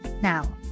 Now